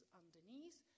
underneath